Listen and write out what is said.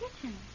kitchen